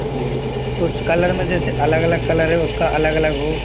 जी कुछ कलर में जैसे अलग अलग कलर है उसका अलग अलग हो